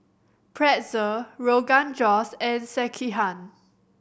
Pretzel Rogan Josh and Sekihan